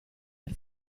per